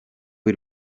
w’i